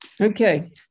Okay